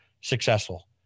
successful